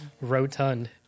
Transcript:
Rotund